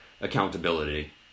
accountability